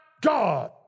God